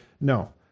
No